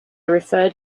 referred